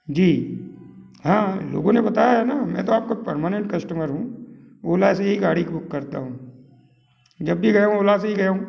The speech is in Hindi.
जी हाँ लोगों ने बताया है ना मैं तो आपका परमानेंट कश्टमर हूँ ओला से ही गाड़ी बुक करता हूँ जब भी गया हूँ ओला से ही गया हूँ